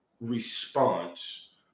response